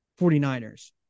49ers